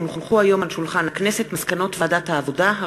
כי הונחו היום על שולחן הכנסת מסקנות ועדת העבודה,